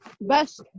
best